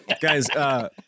Guys